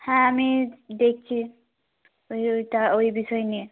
হ্যাঁ আমি দেখছি ওই ওইটা ওই বিষয় নিয়ে